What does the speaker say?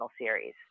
series